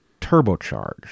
turbocharged